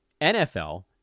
NFL